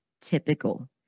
typical